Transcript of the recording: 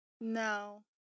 No